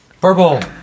Purple